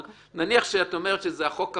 אבל את אומרת שזה היה בחוק הקודם,